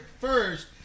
first